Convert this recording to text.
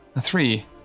three